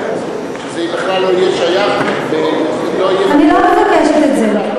שזה בכלל לא יהיה שייך, אני לא מבקשת את זה.